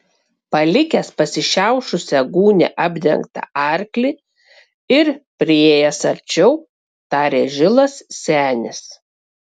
palikęs pasišiaušusią gūnią apdengtą arklį ir priėjęs arčiau tarė žilas senis